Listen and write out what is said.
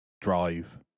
drive